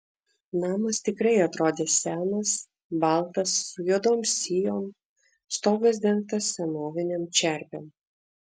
namas tikrai atrodė senas baltas su juodom sijom stogas dengtas senovinėm čerpėm